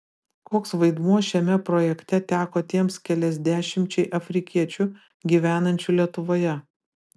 koks vaidmuo šiame projekte teko tiems keliasdešimčiai afrikiečių gyvenančių lietuvoje